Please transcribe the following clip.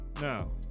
Now